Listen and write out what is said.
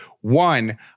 One